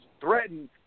threatened